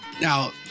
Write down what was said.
Now